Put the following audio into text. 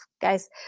guys